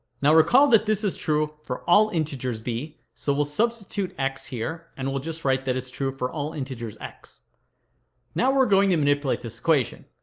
now recall that this is true for all integers b. so we'll substitute x here, and we'll just write that it's true for all integers x now we're going to manipulate this equation